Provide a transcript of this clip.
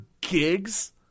gigs